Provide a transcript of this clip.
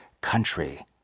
country